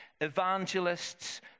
evangelists